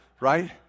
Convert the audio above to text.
right